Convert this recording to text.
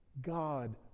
God